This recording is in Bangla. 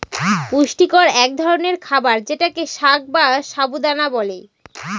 পুষ্টিকর এক ধরনের খাবার যেটাকে সাগ বা সাবু দানা বলে